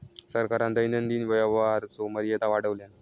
सरकारान दैनंदिन व्यवहाराचो मर्यादा वाढवल्यान